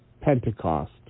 Pentecost